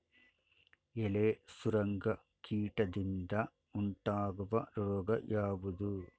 ಎಲೆ ಸುರಂಗ ಕೀಟದಿಂದ ಉಂಟಾಗುವ ರೋಗ ಯಾವುದು?